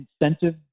incentive